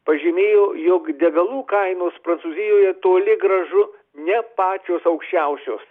pažymėjo jog degalų kainos prancūzijoje toli gražu ne pačios aukščiausios